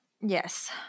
Yes